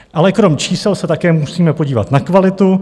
Ale krom čísel se také musíme podívat na kvalitu.